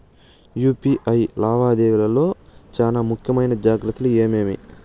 UPI లావాదేవీల లో చానా ముఖ్యమైన జాగ్రత్తలు ఏమేమి?